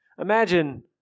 Imagine